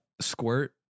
squirt